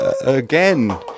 again